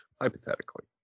hypothetically